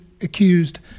accused